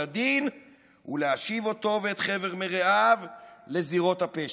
הדין ולהשיב אותו ואת חבר מרעיו לזירות הפשע.